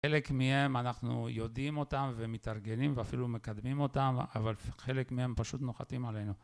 חלק מהם אנחנו יודעים אותם ומתארגנים ואפילו מקדמים אותם, אבל חלק מהם פשוט נוחתים עלינו.